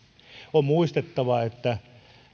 on muistettava että